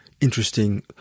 Interesting